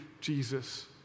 Jesus